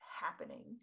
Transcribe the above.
happening